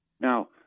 Now